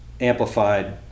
amplified